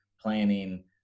planning